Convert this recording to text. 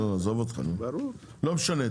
לא משנה,